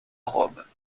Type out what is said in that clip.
rome